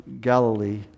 Galilee